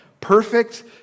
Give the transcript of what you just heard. Perfect